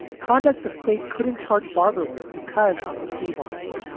conduct the state couldn't charge barbara with because of the plea bargain.